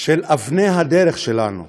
של אבני הדרך שלנו,